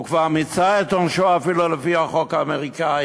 הוא כבר מיצה את עונשו אפילו לפי החוק האמריקני,